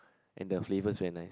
and flavours very nice